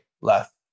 less